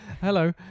Hello